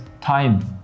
time